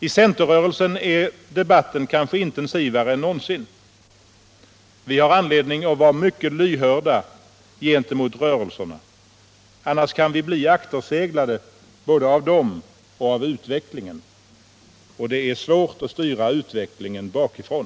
I centerrörelsen är debatten kanske intensivare än någonsin. Vi har anledning att vara mycket lyhörda gentemot rörelserna, annars kan vi bli akterseglade både av dem och av utvecklingen. Och det är svårt att styra utvecklingen bakifrån.